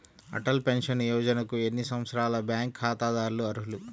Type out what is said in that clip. Atal pension యోజనకు ఎన్ని సంవత్సరాల బ్యాంక్ ఖాతాదారులు అర్హులు?